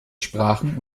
sprachen